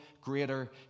greater